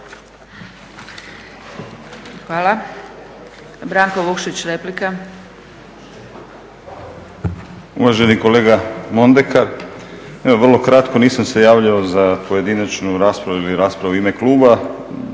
Branko (Nezavisni)** Uvaženi kolega Mondekar, evo vrlo kratko, nisam se javljao za pojedinačnu raspravu ili